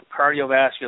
cardiovascular